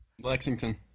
Lexington